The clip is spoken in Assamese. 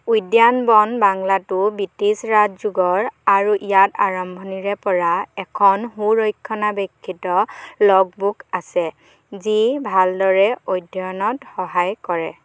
উদ্যান বন বাংলাটো ব্ৰিটিছ ৰাজ যুগৰ আৰু ইয়াত আৰম্ভণিৰে পৰা এখন সু ৰক্ষণাবেক্ষিত লগ বুক আছে যি ভালদৰে অধ্যয়নত সহায় কৰে